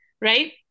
right